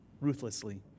ruthlessly